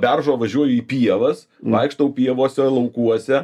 beržo važiuoju į pievas vaikštau pievose laukuose